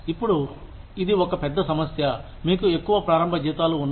ఇప్పుడు ఇది ఒక పెద్ద సమస్య మీకు ఎక్కువ ప్రారంభ జీతాలు ఉన్నాయి